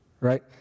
right